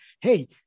hey